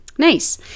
Nice